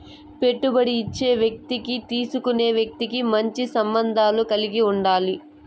పెట్టుబడి ఇచ్చే వ్యక్తికి తీసుకునే వ్యక్తి మంచి సంబంధాలు కలిగి ఉండాలి